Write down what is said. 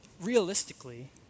realistically